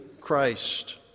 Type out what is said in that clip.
Christ